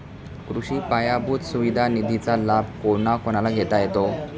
कृषी पायाभूत सुविधा निधीचा लाभ कोणाकोणाला घेता येतो?